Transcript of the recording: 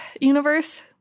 universe